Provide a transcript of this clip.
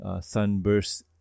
Sunburst